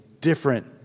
different